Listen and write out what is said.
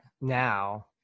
now